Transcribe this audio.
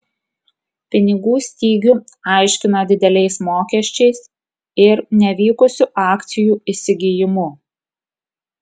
pinigų stygių aiškina dideliais mokesčiais ir nevykusiu akcijų įsigijimu